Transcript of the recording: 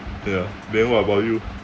ya then what about you